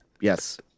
Yes